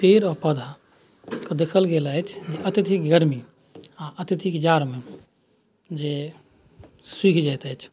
पेड़ आओर पौधाके देखल गेल अछि जे अत्यधिक गरमी आओर अत्यधिक जाड़मे जे सुखि जाइत अछि